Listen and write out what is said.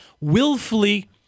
willfully